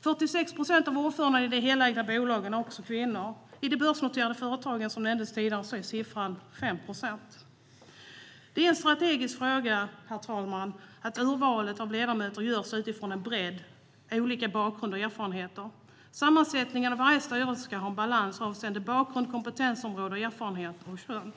46 procent av ordförandena i de helägda bolagen är kvinnor. I de börsnoterade företagen, som nämndes tidigare, är siffran 5 procent. Det är en strategisk fråga att urvalet av ledamöter görs utifrån en bredd av olika bakgrunder och erfarenheter. Sammansättningen av varje styrelse ska ha balans avseende bakgrund, kompetensområde, erfarenheter och kön.